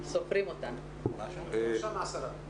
צמצמנו את כל הטיסה לישראל,